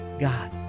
God